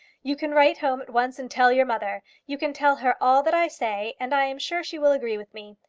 you can write home at once and tell your mother. you can tell her all that i say, and i am sure she will agree with me.